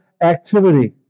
activity